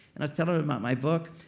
and i was telling him um my book.